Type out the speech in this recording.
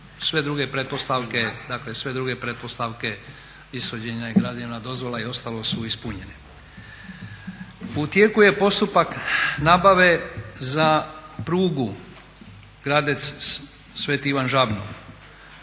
sve druge pretpostavke ishođenja i građenja dozvola i ostalo su ispunjene. U tijeku je postupak nabave za prugu Gradec-sv. Ivan Žabno.